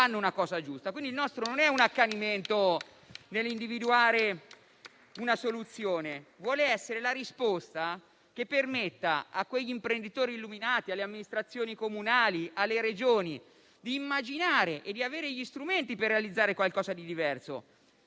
quindi, non è un accanimento nell'individuare una soluzione, ma vuol essere la risposta che permetta agli imprenditori illuminati, alle amministrazioni comunali e alle Regioni di immaginare e di avere gli strumenti per realizzare qualcosa di diverso.